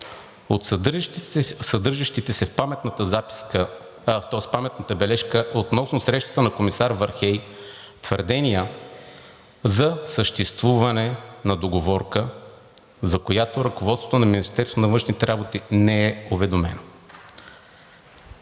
от съдържащите се в паметната бележка относно срещата на комисар Вархеи твърдения за съществуване на договорка, за която ръководството на Министерството на външните работи не е уведомено.“